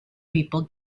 people